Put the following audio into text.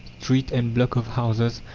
street, and block of houses,